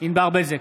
ענבר בזק,